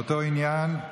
באותו עניין,